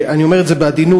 אני אומר את זה בעדינות,